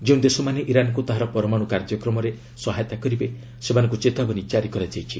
ଯେଉଁ ଦେଶମାନେ ଇରାନ୍କୁ ତାହାର ପରମାଣୁ କାର୍ଯ୍ୟକ୍ରମରେ ସହାୟତା କରିବେ ସେମାନଙ୍କୁ ଚେତାବନୀ ଜାରି କରାଯାଇଛି